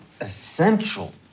essential